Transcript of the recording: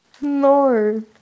No